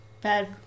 Bad